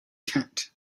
tent